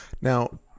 Now